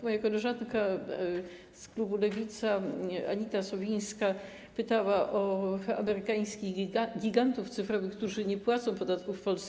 Moja koleżanka z klubu Lewicy Anita Sowińska pytała o amerykańskich gigantów cyfrowych, którzy nie płacą podatków w Polsce.